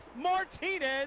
martinez